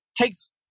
takes